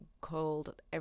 called